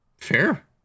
fair